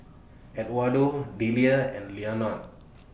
Eduardo Deliah and Leonard